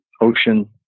ocean